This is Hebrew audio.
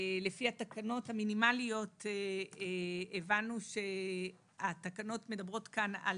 לפי התקנות המינימליות הבנו שהתקנות מדברות כאן על